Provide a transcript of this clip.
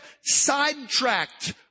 sidetracked